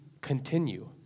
continue